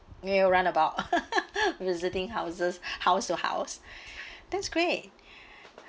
you run about visiting houses house to house that's great